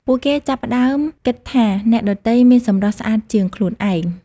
ពួកគេចាប់ផ្ដើមគិតថាអ្នកដទៃមានសម្រស់ស្អាតជាងខ្លួនឯង។